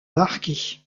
marquis